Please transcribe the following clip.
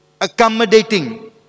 Accommodating